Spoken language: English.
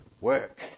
work